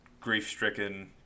grief-stricken